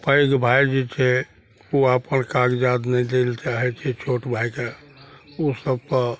पैघ भाइ जे छै ओ अपन कागजात नहि दै लए चाहय छोट भायके उसबके